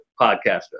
podcaster